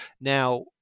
Now